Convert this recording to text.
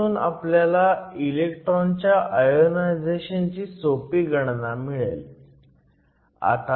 ह्यातून आपल्याला इलेक्ट्रॉनच्या आयोनायझेशन ची सोपी गणना मिळेल